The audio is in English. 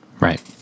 Right